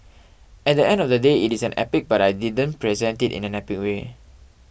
at the end of the day it is an epic but I didn't present it in an epic way